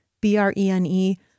B-R-E-N-E